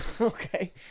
okay